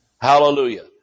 Hallelujah